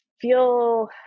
feel